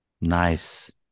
nice